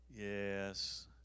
Yes